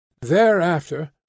Thereafter